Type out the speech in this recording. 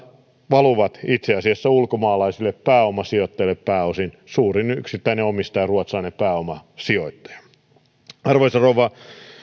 valuvat itse asiassa ulkomaalaisille pääomasijoittajille pääosin suurin yksittäinen omistaja on ruotsalainen pääomasijoittaja arvoisa rouva